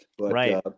Right